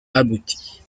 abouti